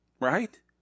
Right